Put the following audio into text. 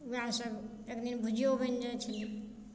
उएहसभ एक दिन भुजिओ बनि जाइ छलै